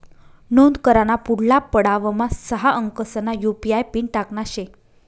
नोंद कराना पुढला पडावमा सहा अंकसना यु.पी.आय पिन टाकना शे